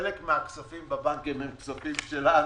חלק מהכספים בבנקים הם כספים שלנו.